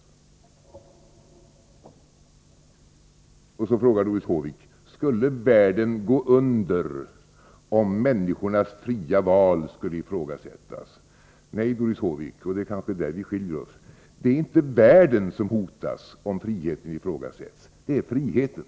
Och så frågade Doris Håvik: Skulle världen gå under, om människornas fria val skulle ifrågasättas? Nej, Doris Håvik— och det är kanske där vi skiljer oss — det är inte världen som hotas om friheten ifrågasätts. Det är friheten.